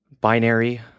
binary